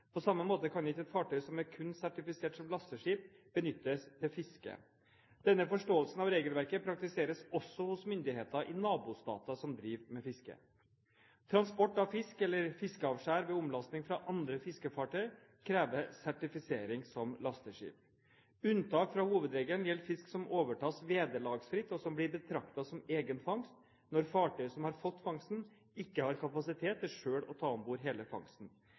På samme måte kan ikke et fartøy som kun er sertifisert som lasteskip, benyttes til å fiske. Denne forståelsen av regelverket praktiseres også hos myndigheter i nabostater som driver med fiske. Transport av fisk eller fiskeavskjær ved omlasting fra andre fiskefartøy krever sertifisering som lasteskip. Unntak fra hovedregelen gjelder fisk som overtas vederlagsfritt, og som blir betraktet som egen fangst når fartøyet som har fått fangsten, ikke har kapasitet til selv å ta om bord hele fangsten.